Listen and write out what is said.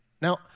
Now